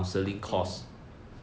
mm